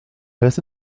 resté